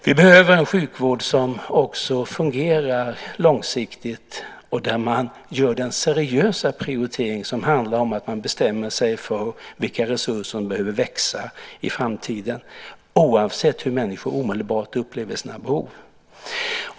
Vi behöver en sjukvård som också fungerar långsiktigt och där man gör den seriösa prioritering som handlar om att man bestämmer sig för vilka resurser som behöver växa i framtiden, oavsett hur människor omedelbart upplever sina behov.